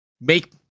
make